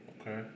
Okay